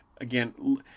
again